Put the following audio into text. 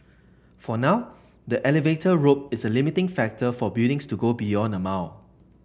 for now the elevator rope is a limiting factor for buildings to go beyond a mile